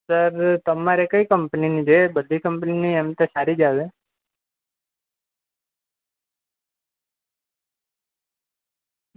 sir તમારે કઈ કંપનીની જોઈએ બધી કંપનીની એમ તો સારી જ આવે